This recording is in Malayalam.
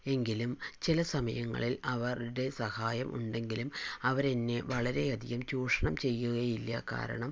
എങ്കിലും ചില സമയങ്ങളിൽ അവരുടെ സഹായം ഉണ്ടെങ്കിലും അവരെന്നെ വളരെ അധികം ചൂഷണം ചെയ്യുകയില്ല കാരണം